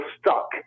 stuck